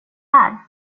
här